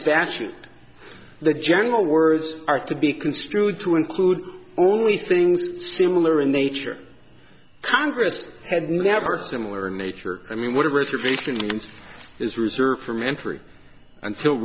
statute the general words are to be construed to include only things similar in nature congress had never similar in nature i mean what reservation is reserved from entry until